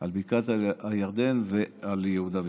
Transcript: על בקעת הירדן ועל יהודה ושומרון.